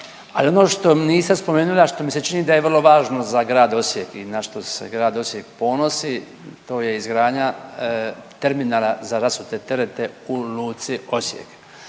ali ono što niste spomenuli, a što mi se čini da je vrlo važno za Grad Osijek i na što se Grad Osijek ponosi, to je izgradnja terminala za rasute terete u luci Osijek.